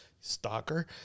stalker